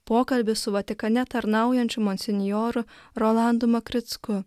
pokalbis su vatikane tarnaujančiu monsinjoru rolandu makricku